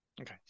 Okay